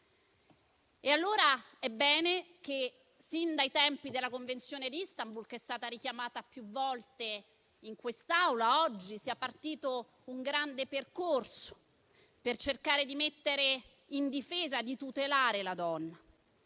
È dunque bene che, come dai tempi della Convenzione di Istanbul (che è stata richiamata più volte in quest'Aula), oggi sia partito un grande percorso per cercare di mettere in difesa e tutelare la donna.